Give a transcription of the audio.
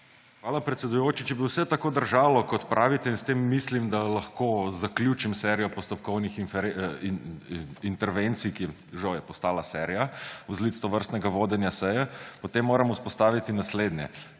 Hvala, predsedujoči. Če bi vse tako držalo, kot pravite, in s tem mislim, da lahko zaključim serijo postopkovnih intervencij, ki žal je postala serija, vzlic tovrstnega vodenja seje, potem moramo izpostaviti naslednje.